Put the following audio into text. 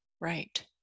Right